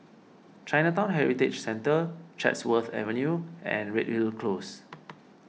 Chinatown Heritage Centre Chatsworth Avenue and Redhill Close